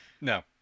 No